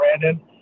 Brandon